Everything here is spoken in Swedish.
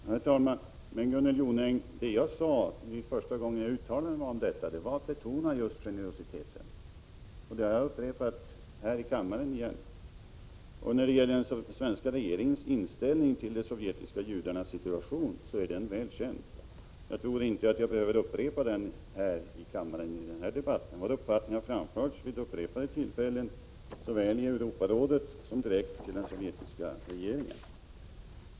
Herr talman! Men, Gunnel Jonäng, när jag första gången uttalade mig om detta betonade jag just generositeten. Det har jag gjort också i dag här i kammaren. Den svenska regeringens inställning till de sovjetiska judarnas situation är välkänd. Jag tror inte att jag i den här debatten behöver redovisa den på nytt. Vår uppfattning har framförts vid upprepade tillfällen såväl i Europarådet som direkt till den sovjetiska regeringen.